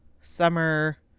Summer